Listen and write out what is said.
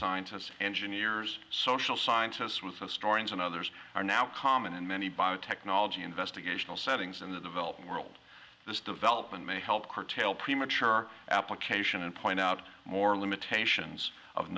scientists engineers social scientists with a story and others are now common in many biotechnology investigational settings in the developing world this development may help curtail premature application and point out more limitations of